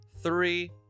three